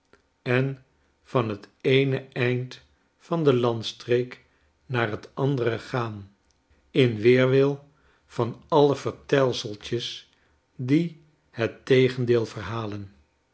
en van het eene eind van de landstreek naar het andere gaan in weerwil van alle vertelseltjes die het tegendeel verhalen